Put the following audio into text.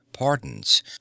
pardons